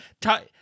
talk